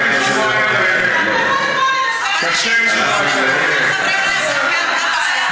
אנחנו נתנו לה לדבר ללא הפרעה.